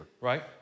right